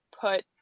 put